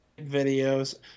videos